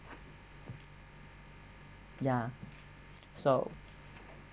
ya so